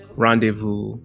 Rendezvous